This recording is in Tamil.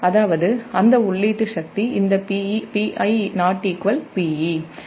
அதாவது அந்த உள்ளீட்டு சக்தி இந்த Pi≠ Pe